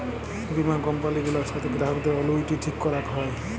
বীমা কম্পালি গুলার সাথ গ্রাহকদের অলুইটি ঠিক ক্যরাক হ্যয়